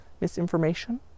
misinformation